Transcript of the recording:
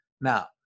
Now